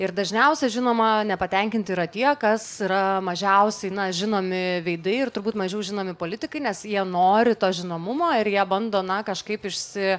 ir dažniausia žinoma nepatenkinti yra tie kas yra mažiausiai žinomi veidai ir turbūt mažiau žinomi politikai nes jie nori to žinomumo ir jie bando na kažkaip išsi